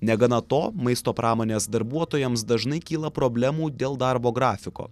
negana to maisto pramonės darbuotojams dažnai kyla problemų dėl darbo grafiko